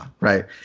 right